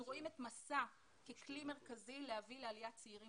אנחנו רואים את מסע ככלי מרכזי להביא לעליית צעירים.